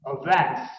events